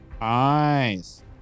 Nice